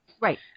right